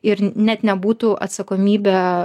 ir net nebūtų atsakomybė